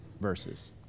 verses